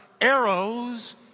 arrows